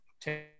take